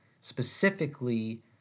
specifically